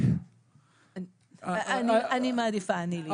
אני מעדיפה להתייחס.